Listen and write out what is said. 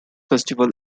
festival